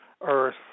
earth